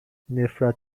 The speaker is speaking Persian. نفرت